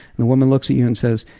the woman looks at you and says,